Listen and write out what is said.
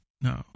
No